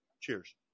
Cheers